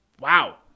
wow